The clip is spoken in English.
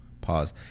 pause